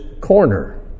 Corner